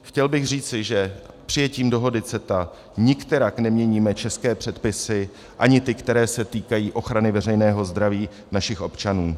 Chtěl bych říci, že přijetím dohody CETA nikterak neměníme české předpisy, ani ty, které se týkají ochrany veřejného zdraví našich občanů.